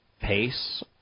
pace